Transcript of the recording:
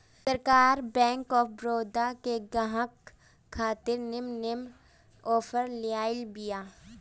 सरकार bank of Baroda के गहकिन खातिर निमन निमन आफर लियाइल बिया